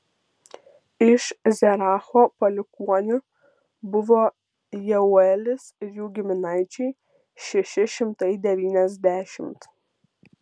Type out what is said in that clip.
iš zeracho palikuonių buvo jeuelis ir jų giminaičiai šeši šimtai devyniasdešimt